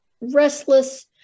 restless